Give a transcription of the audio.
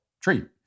treat